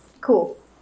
Cool